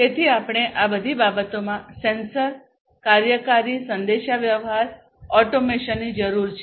તેથી આપણે આ બધી બાબતોમાં સેન્સર કાર્યકારી સંદેશાવ્યવહાર ઓટોમેશનની જરૂર છે